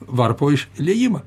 varpo išliejimą